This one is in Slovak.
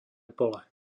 pole